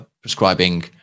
prescribing